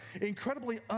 incredibly